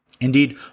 Indeed